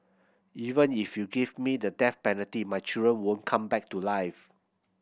even if you give me the death penalty my children won't come back to life